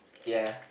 ya